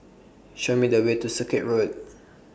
Show Me The Way to Circuit Road